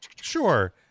Sure